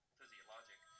physiologic